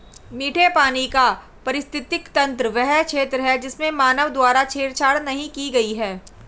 मीठे पानी का पारिस्थितिकी तंत्र वह क्षेत्र है जिसमें मानव द्वारा छेड़छाड़ नहीं की गई है